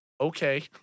okay